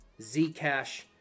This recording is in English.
Zcash